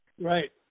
Right